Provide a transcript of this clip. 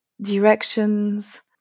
directions